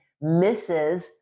misses